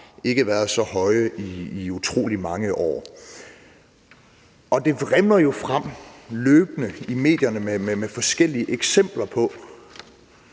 ikke været så høje i utrolig mange år. Det vrimler jo i medierne med forskellige eksempler på